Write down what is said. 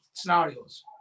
Scenarios